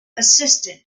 assistant